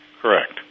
Correct